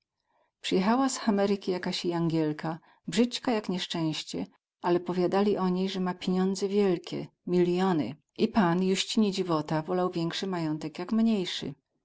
przyjechała z hameryki jakasi jangielka brzyćka jak niescęście ale powiadali o niej ze ma piniądze wielgie miliony i pan juści nie dziwota wolał więksy majątek jak mniejsy